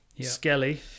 Skelly